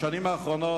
בשנים האחרונות,